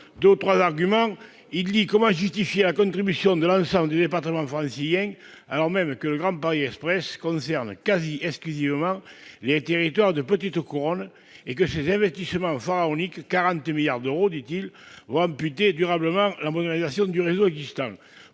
deux ou trois arguments. M. Léonhardt se demande comment justifier la contribution de l'ensemble des départements franciliens, alors même que le Grand Paris Express concerne quasi exclusivement les territoires de petite couronne et que ces investissements pharaoniques, évalués selon lui à 42 milliards d'euros, vont amputer durablement la modernisation du réseau existant.